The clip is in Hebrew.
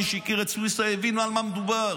מי שהכיר את סויסה הבין על מה מדובר.